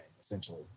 essentially